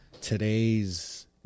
today's